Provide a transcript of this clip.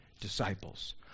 disciples